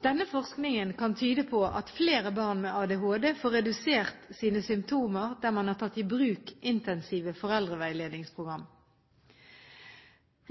Denne forskningen kan tyde på at flere barn med ADHD får redusert sine symptomer der man har tatt i bruk intensive foreldreveiledningsprogram.